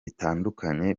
bitandukanye